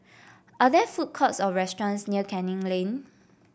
are there food courts or restaurants near Canning Lane